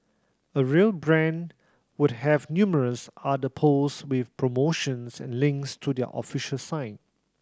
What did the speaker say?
a real brand would have numerous other post with promotions and links to their official site